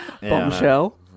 bombshell